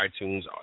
iTunes